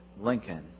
Lincoln